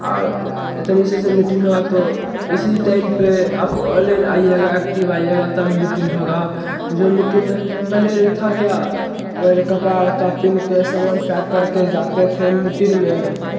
और इतनी सी सी मीटिंग होगा तो इसी टइम पे आप ऑनलाइन आइएगा एक्टिव आइएगा तब मीटिन होगा जो मीटिंग में पहले रीत था क्या पहले कपड़ा के सामान पैक करके जाते थे मीटिन में